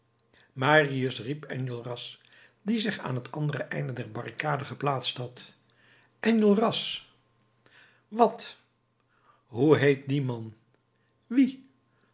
marius riep enjolras die zich aan het andere einde der barricade geplaatst had enjolras wat hoe heet die man wie